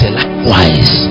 likewise